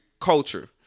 culture